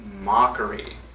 mockery